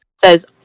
says